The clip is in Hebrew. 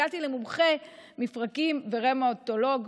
הגעתי למומחה מפרקים וראומטולוג.